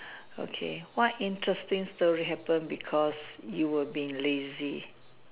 okay what interesting story happened because you were being lazy